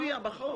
מופיע בחוק.